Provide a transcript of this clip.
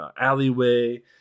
alleyway